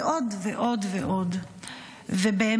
ועוד, ועוד, ועוד.